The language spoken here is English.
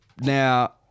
Now